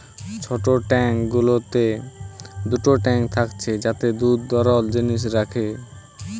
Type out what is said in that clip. ছোট ট্যাঙ্ক গুলোতে দুটো ট্যাঙ্ক থাকছে যাতে দুধ তরল জিনিস রাখে